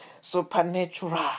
supernatural